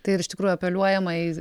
tai ir iš tikrųjų apeliuojama į